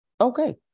okay